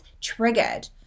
triggered